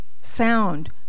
sound